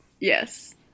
yes